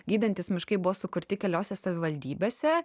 gydantys miškai buvo sukurti keliose savivaldybėse